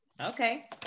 okay